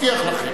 מבטיח לכם.